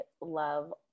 love